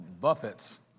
buffets